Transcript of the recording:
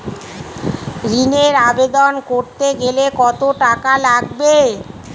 ঋণের আবেদন করতে গেলে কত টাকা লাগে?